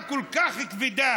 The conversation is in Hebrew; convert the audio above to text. כל חוק אני אענה ואבוא ואדבר,